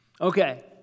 Okay